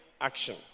action